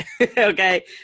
Okay